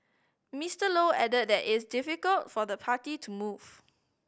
Mister Low added that is difficult for the party to move